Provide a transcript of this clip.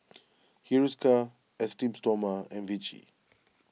Hiruscar Esteem Stoma and Vichy